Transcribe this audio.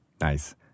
Nice